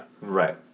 Right